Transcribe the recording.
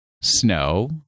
Snow